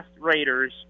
raiders